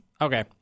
Okay